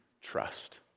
trust